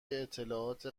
اطلاعات